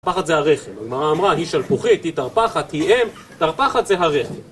תרפחת זה הרכב, אם אמרה היא שלפוחית, היא תרפחת, היא אם, תרפחת זה הרכב